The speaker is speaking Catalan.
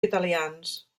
italians